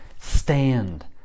stand